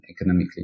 economically